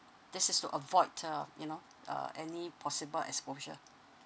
this is to avoid uh you know uh any possible exposure